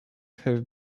have